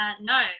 No